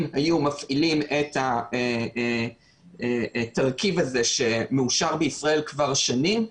אם היו מפעילים את הרכיב הזה שמאושר בישראל כבר שנים,